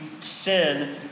sin